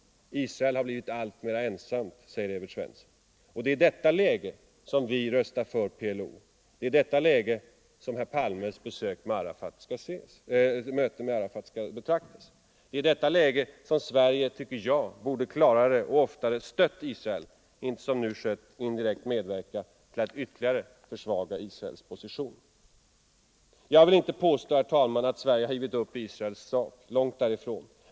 Israel har blivit alltmer ensamt, säger herr Svensson. Det är i detta läge som vi röstar för PLO. Det är i detta läge som herr Palmes möte med Arafat skall betraktas. Det är i detta läge som Sverige, tycker jag, borde klarare och oftare ha stött Israel, och inte som nu skett indirekt medverkat till att ytterligare försvaga Israels position. Jag vill inte påstå att Sverige har givit upp Israels sak. Långt därifrån!